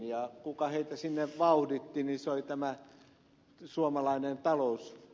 ja kuka heitä sinne vauhditti se oli tämä suomalainen talous